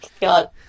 God